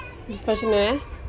functional eh